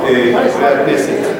חברי הכנסת,